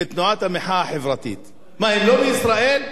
בתנועת המחאה החברתית, מה, הם לא מישראל?